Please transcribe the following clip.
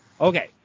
Okay